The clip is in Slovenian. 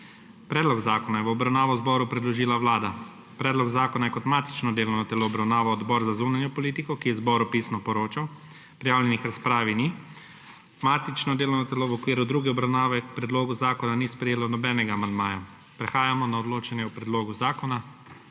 Predlog zakona je v obravnavo zboru predložila Vlada. Predlog zakona je kot matično delovno telo obravnaval Odbor za zunanjo politiko, ki je zboru pisno poročal. Prijavljenih k razpravi ni. Matično delovno telo v okviru druge obravnave k predlogu zakona ni sprejelo nobenega amandmaja. Prehajamo na odločanje o predlogu zakona.